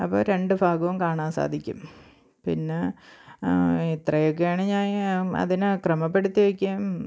അപ്പം രണ്ട് ഭാഗവും കാണാന് സാധിക്കും പിന്നെ ഇത്രയൊക്കെയാണ് ഞാന് അതിനെ ക്രമപ്പെടുത്തി വയ്ക്കാന്